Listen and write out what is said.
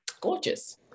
gorgeous